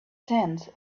tent